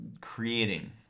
creating